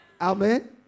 Amen